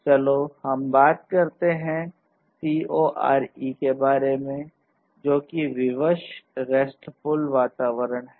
चलो हम बात करते हैं CoRE के बारे में जो कि विवश RESTful वातावरण है